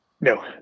No